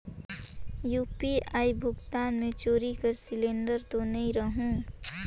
UPI भुगतान मे चोरी कर सिलिंडर तो नइ रहु?